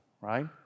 right